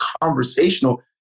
conversational